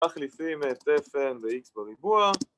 ‫מחליפים את fn ב-x בריבוע.